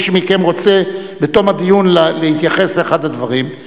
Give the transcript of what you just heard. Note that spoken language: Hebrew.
אם מישהו מכם רוצה בתום הדיון להתייחס לאחד הדברים.